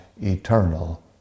eternal